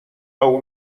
اون